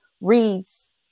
reads